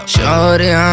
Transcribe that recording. Shorty